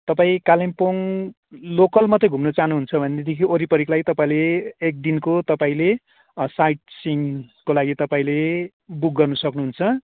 तपाईँ कालिम्पोङ लोकल मात्रै घुम्नु चाहानुहुन्छ भनेदेखि वरीपरीको लागि तपाईँले एकदिनको तपाईँले साइटसिनको लागि तपाईँले बुक गर्न सक्नुहुन्छ